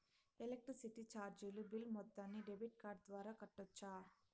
Electricity చార్జీలు bill మొత్తాన్ని debit card ద్వారా కట్టొచ్చా?